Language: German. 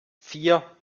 vier